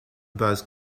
base